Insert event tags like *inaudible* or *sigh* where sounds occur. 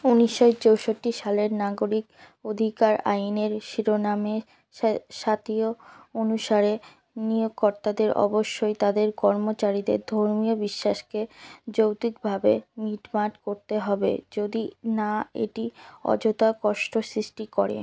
উনিষশো চৌষট্টি সালের নাগরিক অধিকার আইনের শিরোনামে *unintelligible* অনুসারে নিয়োগ কর্তাদের অবশ্যই তাদের কর্মচারীদের ধর্মীয় বিশ্বাসকে যৌতিকভাবে মিটমাট করতে হবে যদি না এটি অযথা কষ্ট সৃষ্টি করে